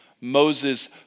Moses